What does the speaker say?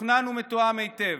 מתוכנן ומתואם היטב,